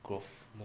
growth